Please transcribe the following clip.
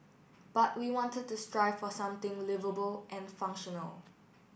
but we wanted to strive for something liveable and functional